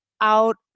out